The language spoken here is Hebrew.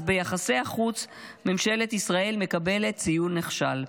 אז ביחסי החוץ ממשלת ישראל מקבלת ציון נכשל.